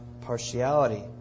partiality